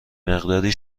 مقداری